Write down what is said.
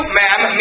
ma'am